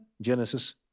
Genesis